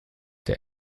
der